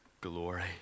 glory